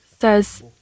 says